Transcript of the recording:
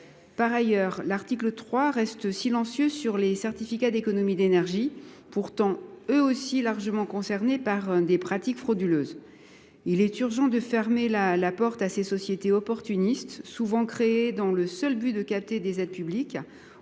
En outre, l’article 3 reste silencieux sur les certificats d’économies d’énergie, pourtant eux aussi largement concernés par des pratiques frauduleuses. Il est urgent de fermer la porte aux sociétés opportunistes, souvent créées à la seule fin de capter des aides publiques